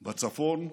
בצפון,